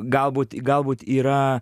galbūt galbūt yra